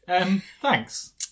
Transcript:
Thanks